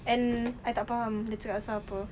and I tak faham dia cakap pasal apa